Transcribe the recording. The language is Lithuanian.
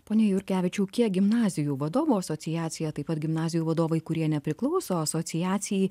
pone jurkevičiau kiek gimnazijų vadovų asociacija taip pat gimnazijų vadovai kurie nepriklauso asociacijai